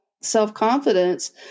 self-confidence